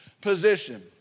position